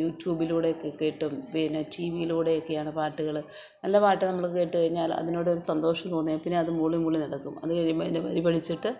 U ട്യൂബിലൂടെ ഒക്കെ കേട്ടും പിന്നെ ടി വിയിലൂടെ ഒക്കെയാണ് പാട്ടുകള് നല്ല പാട്ട് നമ്മള് കേട്ടുകഴിഞ്ഞാൽ അതിനോടൊരു സന്തോഷം തോന്നുകയും പിന്നെ അത് മൂളിമൂളി നടക്കും അത് കഴിയുമ്പോള് അതിൻ്റെ വരി പഠിച്ചിട്ട്